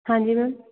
ਹਾਂਜੀ ਮੈਮ